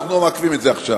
אנחנו לא מעכבים את זה עכשיו.